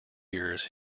years